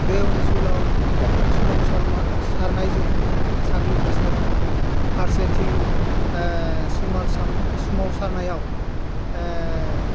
बे ओनसोलाव गोबां सोमावसारनायजों साग्लोबगासिनो दङ बुं फारसेथिं सुमारसां सुमावसारनायाव